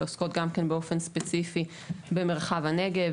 שעוסקות גם כן באופן ספציפי במרחב הנגב,